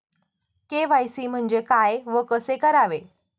KYC म्हणजे काय व कसे करावे?